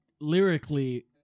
lyrically